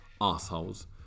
Assholes